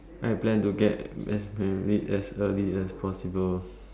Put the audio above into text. I plan to get married as early as possible